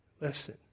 Listen